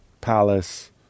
Palace